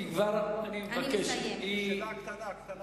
אני יכול לשאול אותך שאלה קטנה אחת?